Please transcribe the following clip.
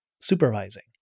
supervising